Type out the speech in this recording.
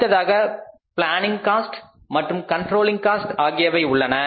அடுத்ததாக planning cost மற்றும் controlling cost ஆகியவை உள்ளன